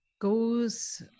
goes